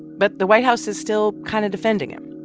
but the white house is still kind of defending him.